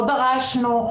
לא דרשנו,